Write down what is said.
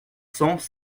cents